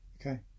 Okay